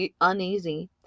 uneasy